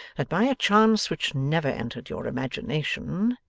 that by a chance which never entered your imagination,